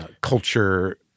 culture